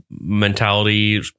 mentality